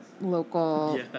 local